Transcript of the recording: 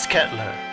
Kettler